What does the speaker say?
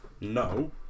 No